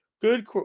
Good